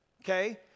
okay